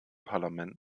parlament